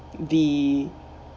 the